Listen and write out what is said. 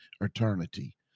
eternity